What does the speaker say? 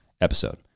episode